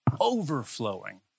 overflowing